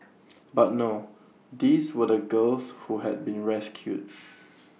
but no these were the girls who had been rescued